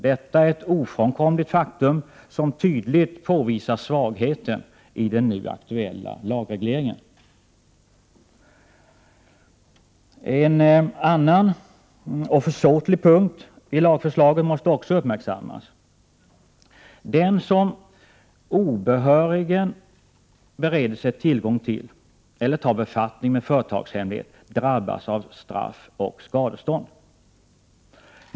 Detta är ett ofrånkomligt faktum som tydligt påvisar svagheten i den nu aktuella lagregleringen. Också en annan och försåtlig punkt i lagförslaget måste uppmärksammas. Den som utan behörighet bereder sig tillgång till eller tar befattning med företagshemlighet drabbas av straff och skadestånd.